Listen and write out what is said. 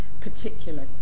particular